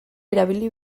erabili